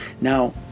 Now